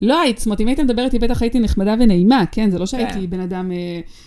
לא היית, זאת אומרת, אם היית מדבר איתי בטח הייתי נחמדה ונעימה, כן? זה לא שהייתי בן אדם..